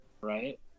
right